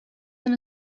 than